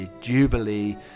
jubilee